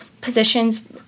positions